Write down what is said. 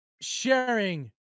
sharing